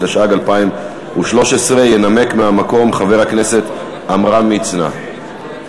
התשע"ג 2013. ינמק מהמקום חבר הכנסת עמרם מצנע.